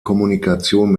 kommunikation